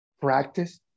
practice